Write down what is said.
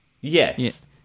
Yes